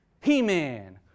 He-Man